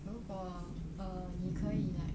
如果 uh 你可以